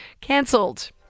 cancelled